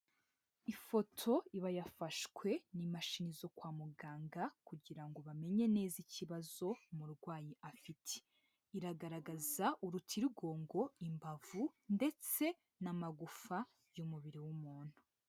Ifoto iba yafashwe n'imashini zo kwa muganga kugira ngo bamenye neza ikibazo umurwayi afite, iragaragaza urutirigongo, imbavu ndetse n'amagufa y'umubiri w'umuntu.